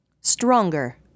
Stronger